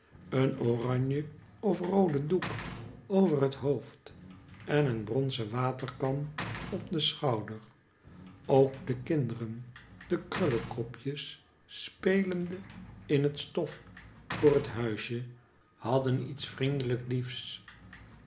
een oranje of roode doek over het hoofd en een bronzen waterkan op den schouder ook de kinderen de krullekopjes spelende in het stof voor het huisje hadden iets vriendelijk liefs